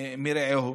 מרעהו?